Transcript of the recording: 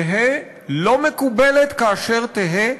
תהא לא מקובלת כאשר תהא,